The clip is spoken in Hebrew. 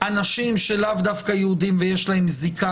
אנשים שלאו דווקא יהודים ויש להם זיקה